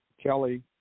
Kelly